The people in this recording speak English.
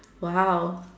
!wow!